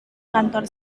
kantor